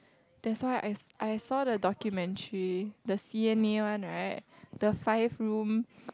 that's why I I saw the documentary the C_N_A one right the five room